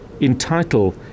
entitle